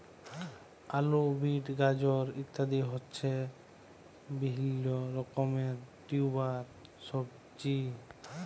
আলু, বিট, গাজর ইত্যাদি হচ্ছে বিভিল্য রকমের টিউবার সবজি